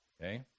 okay